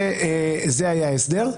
זה היה ההסדר.